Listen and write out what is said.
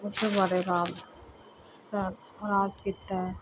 ਉਸਦੇ ਬਾਰੇ ਰਾਜ ਰਾਜ ਰਾਜ ਕੀਤਾ ਹੈ